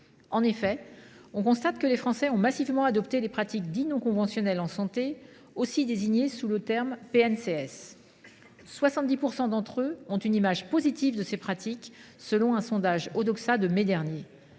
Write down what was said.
En effet, on constate que les Français ont massivement adopté les pratiques dites « non conventionnelles » en santé, aussi désignées sous le terme de PNCS. Ainsi, 70 % de nos concitoyens ont une image positive de ces pratiques selon un sondage Odoxa publié en mai dernier,